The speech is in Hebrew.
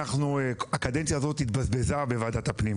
הקדנציה הזאת התבזבזה בוועדת הפנים,